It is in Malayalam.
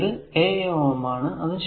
പിന്നെ ഇത് aa Ω ആണ്